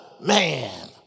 man